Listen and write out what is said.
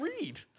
read